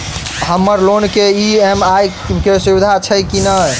हम्मर लोन केँ ई.एम.आई केँ सुविधा छैय की नै?